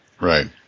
Right